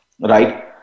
right